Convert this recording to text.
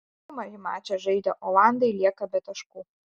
pirmąjį mačą žaidę olandai lieka be taškų